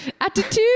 attitude